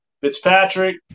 Fitzpatrick